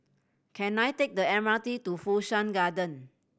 can I take the M R T to Fu Shan Garden